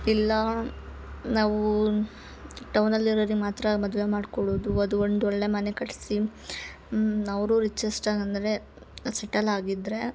ಇಲ್ಲ ನಾವು ಟೌನಲ್ಲಿ ಇರೋರಿಗೆ ಮಾತ್ರ ಮದ್ವೆ ಮಾಡ್ಕೊಳ್ಳುದು ಅದು ಒಂದೊಳ್ಳೆಯ ಮನೆ ಕಟ್ಸಿ ಅವರು ರಿಚ್ಚೆಸ್ಟಾಗಿ ಅಂದರೆ ಸೆಟಲಾಗಿದ್ದರೆ